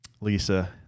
Lisa